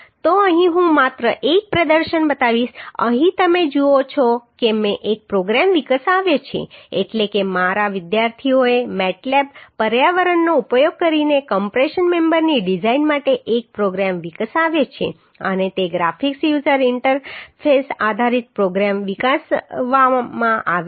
તો અહીં હું માત્ર એક પ્રદર્શન બતાવીશ અહીં તમે જુઓ છો કે મેં એક પ્રોગ્રામ વિકસાવ્યો છે એટલે કે મારા વિદ્યાર્થીઓએ MATLAB પર્યાવરણનો ઉપયોગ કરીને કમ્પ્રેશન મેમ્બરની ડિઝાઇન માટે એક પ્રોગ્રામ વિકસાવ્યો છે અને તે ગ્રાફિકલ યુઝર ઇન્ટરફેસ આધારિત પ્રોગ્રામ વિકસાવવામાં આવ્યો છે